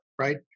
right